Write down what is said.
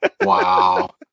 wow